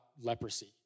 leprosy